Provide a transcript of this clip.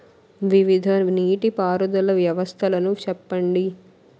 వివిధ నీటి పారుదల వ్యవస్థలను చెప్పండి?